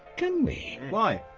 can we? why?